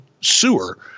sewer